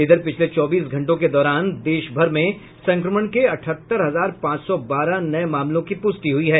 इधर पिछले चौबीस घंटों के दौरान देश भर में संक्रमण के अठहत्तर हजार पांच सौ बारह नये मामलों की पुष्टि हुई है